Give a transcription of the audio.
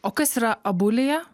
o kas yra abulija